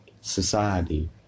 society